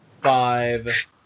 five